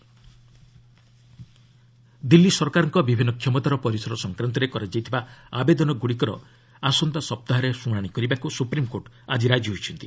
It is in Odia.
ସୁପ୍ରିମକୋର୍ଟ ଦିଲ୍ଲୀ ଗଭରମେଣ୍ଟ ଦିଲ୍ଲୀ ସରକାରଙ୍କ ବିଭିନ୍ନ କ୍ଷମତାର ପରିସର ସଂକ୍ରାନ୍ତରେ କରାଯାଇଥିବା ଆବେଦନ ଗୁଡ଼ିକର ଆସନ୍ତା ସପ୍ତାହରେ ଶୁଣାଣି କରିବାକୁ ସୁପ୍ରିମକୋର୍ଟ ଆକି ରାଜି ହୋଇଛନ୍ତି